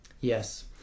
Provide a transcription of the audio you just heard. Yes